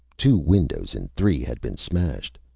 two windows in three had been smashed.